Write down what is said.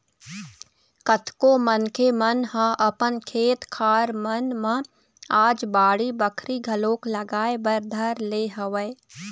कतको मनखे मन ह अपन खेत खार मन म आज बाड़ी बखरी घलोक लगाए बर धर ले हवय